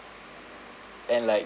and like